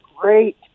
great